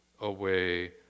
away